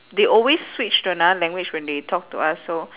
they always switch to another language when they talk to us so